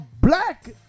black